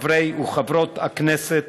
חברי וחברות הכנסת,